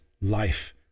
life